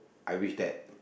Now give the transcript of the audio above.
I wish that